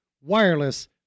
wireless